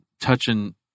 touching